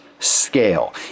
scale